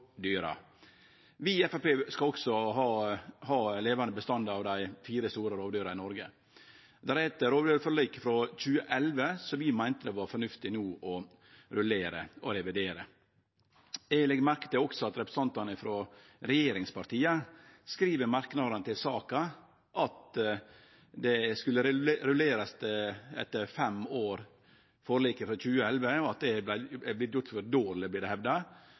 Vi i Framstegspartiet vil òg ha levedyktige bestandar av dei fire store rovdyra i Noreg. Det er eit rovdyrforlik frå 2011 som vi meiner det no er fornuftig å rullere og revurdere. Eg legg òg merke til at representantane frå regjeringspartia skriv i merknadene til saka at forliket frå 2011 skulle evaluerast etter fem år. Det vert hevda at det vart gjort for dårleg. Det kan godt hende. Det